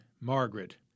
Margaret